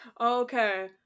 okay